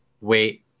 wait